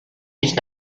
nicht